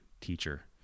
teacher